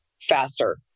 faster